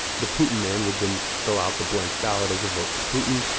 the putin man would then fill out the blank ballot as a vote for putin,